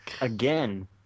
again